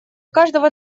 каждого